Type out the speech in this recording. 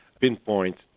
pinpoint